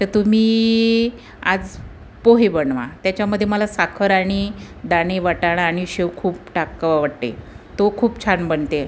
तर तुम्ही आज पोहे बनवा त्याच्यामध्ये मला साखर आणि दाणे वाटाणा आणि शेव खूप टाकावा वाटते तो खूप छान बनते